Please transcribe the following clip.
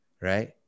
right